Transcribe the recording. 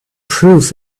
prove